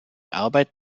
arbeit